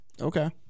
Okay